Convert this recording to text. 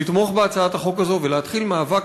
לתמוך בהצעת החוק הזו ולהתחיל מאבק